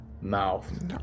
Mouth